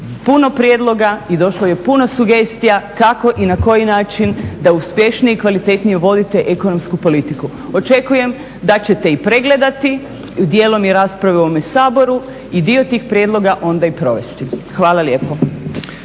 puno prijedloga i došlo je puno sugestija kako i na koji način da uspješnije i kvalitetnije vodite ekonomsku politiku. Očekujem da ćete i pregledati dijelom i rasprave u ovome Saboru i dio tih prijedloga onda i provesti. Hvala lijepo.